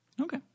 Okay